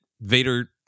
Vader